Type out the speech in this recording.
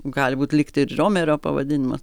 gali būt likti ir riomerio pavadinimas